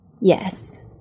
Yes